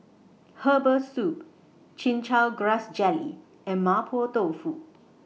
Herbal Soup Chin Chow Grass Jelly and Mapo Tofu